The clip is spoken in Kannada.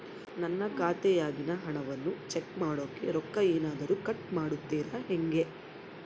ನನ್ನ ಖಾತೆಯಾಗಿನ ಹಣವನ್ನು ಚೆಕ್ ಮಾಡೋಕೆ ರೊಕ್ಕ ಏನಾದರೂ ಕಟ್ ಮಾಡುತ್ತೇರಾ ಹೆಂಗೆ?